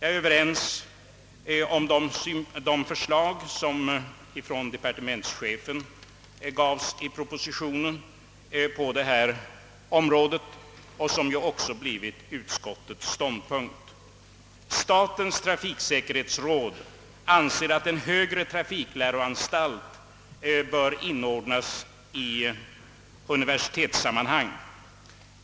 Jag biträder de förslag som departementschefen framfört på detta område i propositionen och som också tillstyrkts av utskottet. Statens trafiksäkerhetsråd anser att en högre trafikläroanstalt bör inordnas i universitetssammanhang.